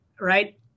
right